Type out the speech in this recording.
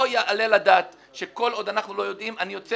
לא יעלה על הדעת שכל עוד אנחנו לא יודעים אני יוצא